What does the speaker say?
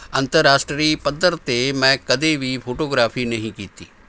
ਅੰਤਰਰਾਸ਼ਟਰੀ ਪੱਧਰ 'ਤੇ ਮੈਂ ਕਦੇ ਵੀ ਫੋਟੋਗ੍ਰਾਫੀ ਨਹੀਂ ਕੀਤੀ